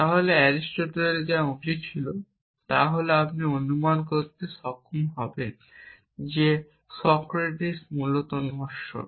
তাহলে অ্যারিস্টটলের যা উচিত ছিল তা হল আপনি অনুমান করতে সক্ষম হবেন যে সক্রেটিস মূলত নশ্বর